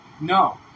no